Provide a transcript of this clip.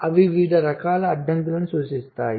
అవి వివిధ రకాల అడ్డంకులను సూచిస్తాయి